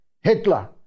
Hitler